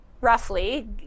roughly